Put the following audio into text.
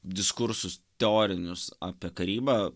diskursus teorinius apie karybą